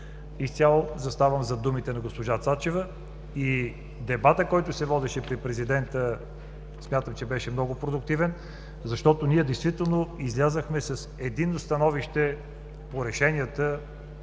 Изцяло заставам зад думите на госпожа Цачева. Дебатът, който се водеше при президента, смятам, че беше много продуктивен, защото ние действително излязохме с единно становище по решенията,